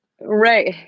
Right